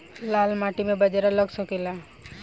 लाल माटी मे बाजरा लग सकेला?